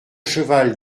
cheval